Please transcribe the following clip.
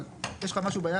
אבל יש לך משהו ביד?